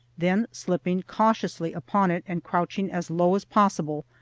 then, slipping cautiously upon it, and crouching as low as possible,